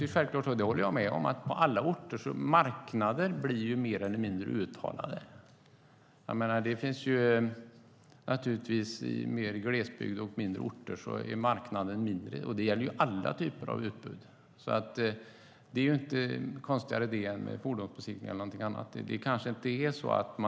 Självklart blir marknader mer eller mindre uttalade - det håller jag med om. I glesbygd och på mindre orter är naturligtvis marknaden mindre, och det gäller alla typer av utbud. Det är inte konstigare med fordonsbesiktning än med någonting annat.